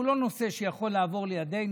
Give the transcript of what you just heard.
הוא לא נושא שיכול לעבור לידנו.